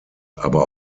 aber